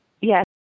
Yes